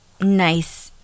nice